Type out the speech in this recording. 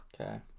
Okay